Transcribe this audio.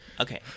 Okay